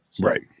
Right